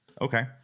Okay